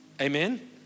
Amen